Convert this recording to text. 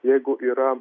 jeigu yra